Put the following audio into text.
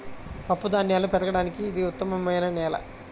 పప్పుధాన్యాలు పెరగడానికి ఇది ఉత్తమమైన నేల